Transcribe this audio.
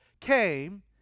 came